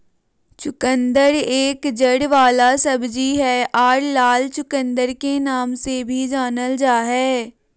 चुकंदर एक जड़ वाला सब्जी हय आर लाल चुकंदर के नाम से भी जानल जा हय